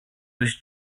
was